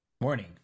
Morning